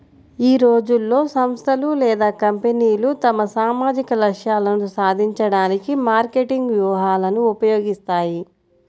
ఈ రోజుల్లో, సంస్థలు లేదా కంపెనీలు తమ సామాజిక లక్ష్యాలను సాధించడానికి మార్కెటింగ్ వ్యూహాలను ఉపయోగిస్తాయి